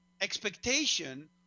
expectation